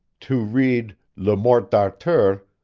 to read le morte d'arthur,